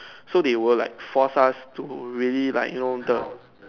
so they will like force us to really like you know the